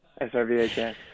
SRVHS